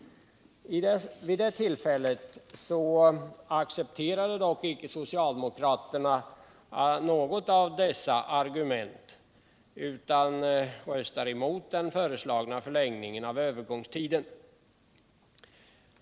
Vid det tillfället accepterade dock icke socialdemokraterna något av dessa argument utan röstade mot den föreslagna förlängningen av övergångstiden.